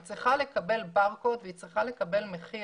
היא צריכה לקבל ברקוד והיא צריכה לקבל מחיר.